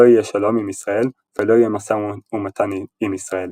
לא יהיה שלום עם ישראל ולא יהיה משא ומתן עם ישראל.